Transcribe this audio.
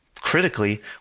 critically